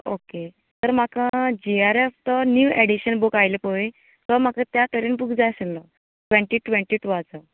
okay तर म्हाका G R F तो नीव एडिशन बुक आयला पळय तो म्हाका त्या तरेन बुक जाय आशिल्लो ट्वेंटी ट्वेंटी टुवाचो